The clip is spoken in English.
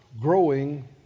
growing